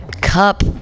Cup